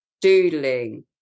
doodling